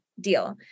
deal